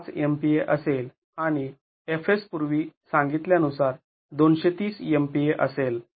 ५ MPa असेल आणि Fs पूर्वी सांगितल्यानुसार २३० MPa असेल